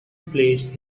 placed